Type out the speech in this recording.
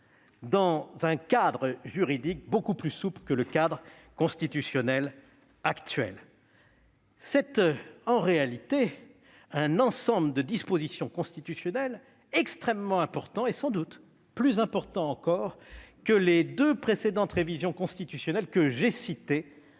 dans un cadre juridique beaucoup plus souple que le cadre constitutionnel actuel. Mes chers collègues, cet ensemble de dispositions constitutionnelles est extrêmement important. Il est sans doute plus important encore que les deux précédentes révisions constitutionnelles, que j'ai citées,